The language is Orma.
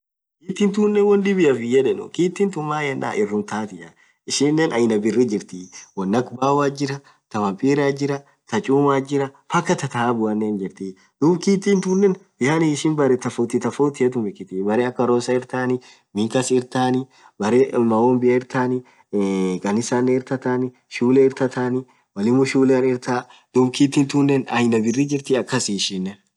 kittin thunen won dhibiaf hinyedhenu kittithu irrum thathia ishinen aina birri jirthi won akha baothi. jirah thaa mapiraa jirah khaa chumaa jirah mpka thaa dhabuan hinjirthii dhub kittin thunen beree tofauti tofauti tumikitii berre akha arosa irthani miin kas irthani beree maombia irthan iii kanisanen irthatheni shule irthatheni mwalimu shulean irthaa dhub kiti tunen aina birri jirthi akasi ishinen